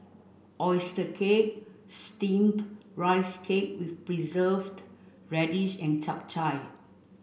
oyster cake steamed rice cake with preserved radish and Chap Chai